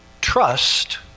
trust